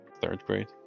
third-grade